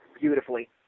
beautifully